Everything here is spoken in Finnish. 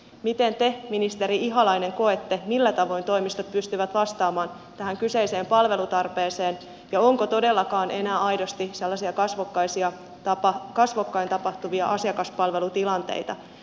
miten te ministeri ihalainen koette millä tavoin toimistot pystyvät vastaamaan tähän kyseiseen palvelutarpeeseen ja onko todellakaan enää aidosti sellaisia kasvokkain tapahtuvia asiakaspalvelutilanteita